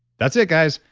that's it, guys.